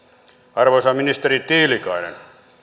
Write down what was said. arvoisa ministeri tiilikainen